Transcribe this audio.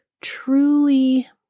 truly